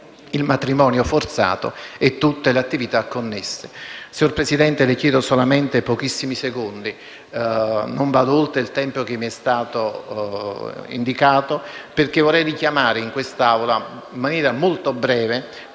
il matrimonio forzato e tutte le attività connesse.